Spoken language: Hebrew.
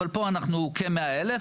אבל פה אנחנו כ-100 אלף,